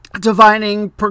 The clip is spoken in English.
divining